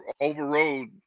overrode